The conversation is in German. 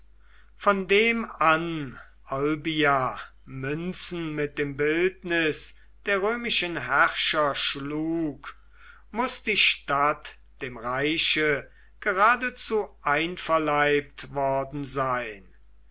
von dem an olbia münzen mit dem bildnis der römischen herrscher schlug muß die stadt dem reiche geradezu einverleibt worden sein